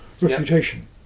reputation